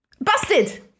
Busted